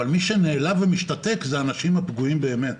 אבל מי שנעלב ומשתתק זה האנשים הפגועים באמת.